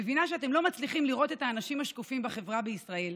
מבינה שאתם לא מצליחים לראות את האנשים השקופים בחברה בישראל,